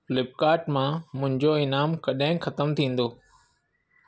Flipkart मां मुंहिंजो इनाम कॾहिं ख़तमु थींदो